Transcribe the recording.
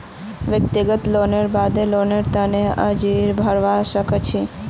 व्यक्तिगत लोनेर बाद लोनेर तने अर्जी भरवा सख छि